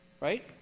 Right